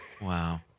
Wow